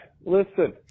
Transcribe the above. listen